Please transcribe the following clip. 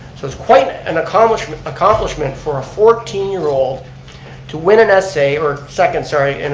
so it's quite an accomplishment accomplishment for a fourteen year old to win an essay, or second sorry, and